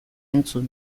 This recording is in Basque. entzun